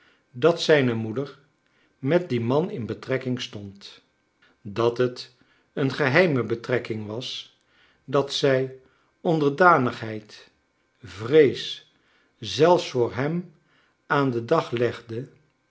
dat zijne moeder met dien man in betrekking stond dat het een geheime betrekking was dat zij onderdanigheid vrees zelfs voor hem aan den dag legde